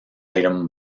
item